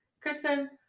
Kristen